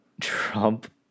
Trump